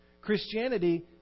Christianity